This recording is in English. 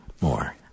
more